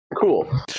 cool